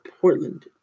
Portland